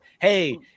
hey